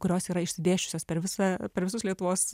kurios yra išsidėsčiusios per visą per visus lietuvos